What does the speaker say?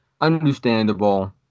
understandable